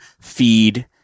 feed